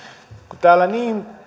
kun täällä